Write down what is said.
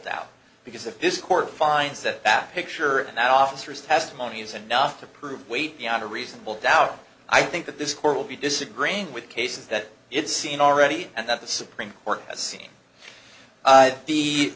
doubt because if this court finds that that picture and that officer's testimony is enough to prove wait beyond a reasonable doubt i think that this court will be disagreeing with cases that it's seen already and that the supreme court